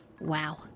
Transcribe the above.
Wow